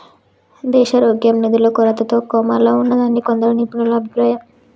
దేశారోగ్యం నిధుల కొరతతో కోమాలో ఉన్నాదని కొందరు నిపుణుల అభిప్రాయం